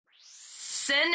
Sin